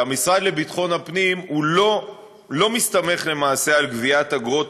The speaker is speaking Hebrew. שהמשרד לביטחון הפנים לא מסתמך למעשה על גביית אגרות